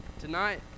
Tonight